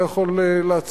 לא יכול לעצור.